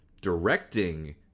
directing